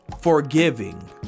forgiving